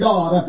God